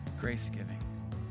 grace-giving